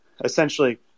Essentially